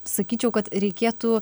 sakyčiau kad reikėtų